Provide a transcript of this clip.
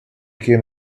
came